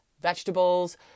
vegetables